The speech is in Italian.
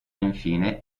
infine